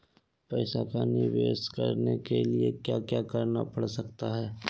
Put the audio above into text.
पैसा का निवेस करने के लिए क्या क्या करना पड़ सकता है?